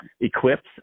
equipped